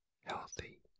healthy